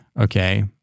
okay